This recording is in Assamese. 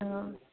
অঁ